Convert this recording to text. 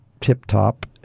tip-top